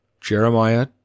Jeremiah